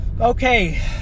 Okay